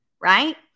right